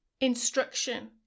instruction